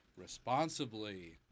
responsibly